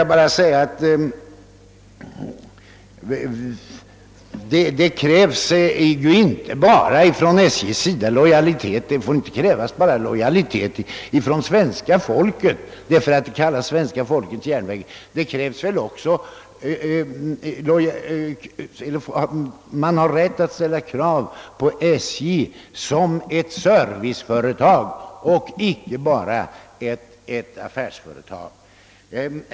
Människor måste ha frihet och rättighet att färdas på annat sätt än på järnväg. Man får ju inte bara kräva lojalitet av svenska folket mot SJ därför att det kallas svenska folkets järnväg. Man har också rätt att ställa krav på SJ såsom ett serviceföretag och inte bara såsom ett affärsföretag.